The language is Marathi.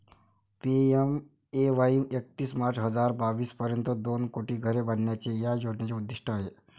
पी.एम.ए.वाई एकतीस मार्च हजार बावीस पर्यंत दोन कोटी घरे बांधण्याचे या योजनेचे उद्दिष्ट आहे